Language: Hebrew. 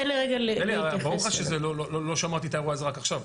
ברור לך שלא שמעתי את האירוע הזה רק עכשיו.